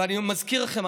ואני מזכיר לכם,